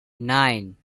nine